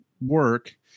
work